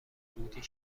بودی